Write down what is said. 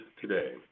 today